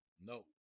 No